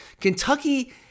Kentucky